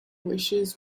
wishes